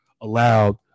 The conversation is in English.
allowed